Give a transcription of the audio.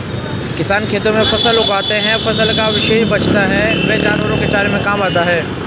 किसान खेतों में फसल उगाते है, फसल का अवशेष बचता है वह जानवरों के चारे के काम आता है